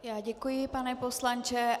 Já děkuji, pane poslanče.